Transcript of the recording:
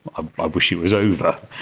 ah i wish it was over.